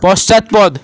পশ্চাৎপদ